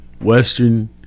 Western